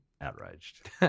outraged